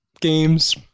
games